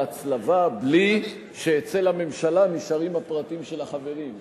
ההצלבה בלי שאצל הממשלה נשארים הפרטים של החברים,